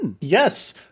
Yes